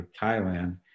Thailand